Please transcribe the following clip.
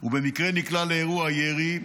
ובמקרה נקלע לאירוע ירי,